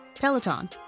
Peloton